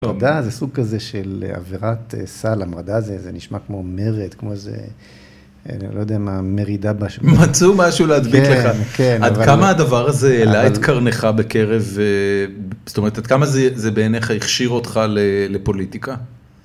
המרדה זה סוג כזה של עבירת סל, המרדה זה, זה נשמע כמו מרד, כמו איזה, אני לא יודע מה, מרידה בשביל... מצאו משהו להדביק לך. כן, כן. עד כמה הדבר הזה העלה את קרנך בקרב, זאת אומרת, עד כמה זה בעיניך הכשיר אותך לפוליטיקה?